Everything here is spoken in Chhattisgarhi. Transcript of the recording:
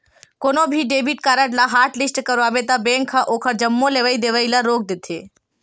कोनो भी डेबिट कारड ल हॉटलिस्ट करवाबे त बेंक ह ओखर जम्मो लेवइ देवइ ल रोक देथे